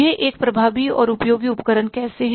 यह एक प्रभावी और उपयोगी उपकरण कैसे है